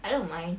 I don't mind